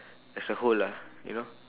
as a whole ah you know